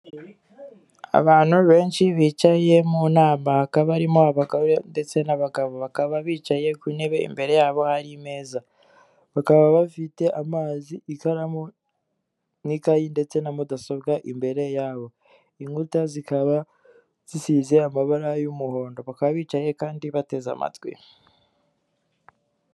Abantu ntu benshi bicaye mu nama hakaba harimo abagore n'abagabo, bakaba bicaye ku ntebe imbere yabo hari imeza bakaba bafite amazi, ikaramu n'ikayi ndetse na mudasobwa imbere yabo. Inkuta zakaba zisize amabara y'umuhondo bakaba bicaye kandi bateze amatwi.